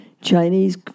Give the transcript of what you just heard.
Chinese